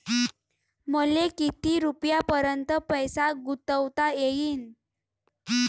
मले किती रुपयापर्यंत पैसा गुंतवता येईन?